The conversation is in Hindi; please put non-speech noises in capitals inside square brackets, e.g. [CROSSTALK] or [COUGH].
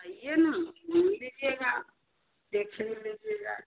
आइए न घूम लिजीएगा देख [UNINTELLIGIBLE] लिजीएगा